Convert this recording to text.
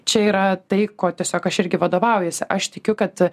čia yra tai kuo tiesiog aš irgi vadovaujuosi aš tikiu kad